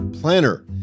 Planner